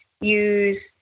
use